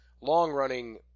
long-running